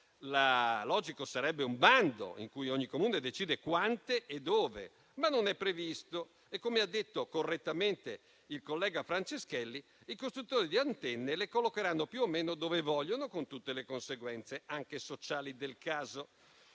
logico fare un bando in cui ogni Comune decide quante e dove, ma non è previsto e, come ha detto correttamente il collega Franceschelli, i costruttori di antenne le collocheranno più o meno dove vogliono, con tutte le conseguenze, anche sociali, del caso.